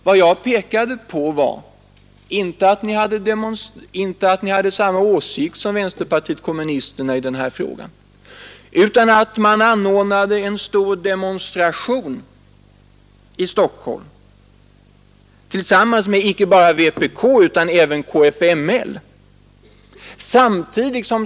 Vad jag pekade på var inte att ni hade samma åsikt som vpk i den här frågan, utan att ni var med om en stor demonstration i Stockholm tillsammans med icke bara vpk utan även kfml.